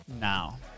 now